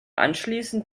anschließend